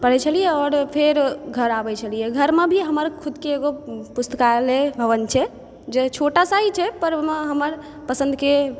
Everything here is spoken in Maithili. पढ़ै छलियै आओर फेर घर आबै छलियै घरमे भी हमर खुदके एगो पुस्तकालय भवन छै जे छोटासा ही छै पर ओहिमे हमर पसन्दके